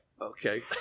okay